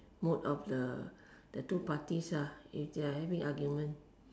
mood of the the two parties ah if they are having argument